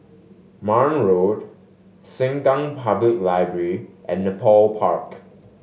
Marne Road Sengkang Public Library and Nepal Park